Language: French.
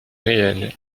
réel